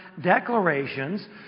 declarations